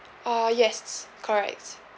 uh yes correct